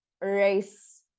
race